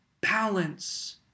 balance